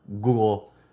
Google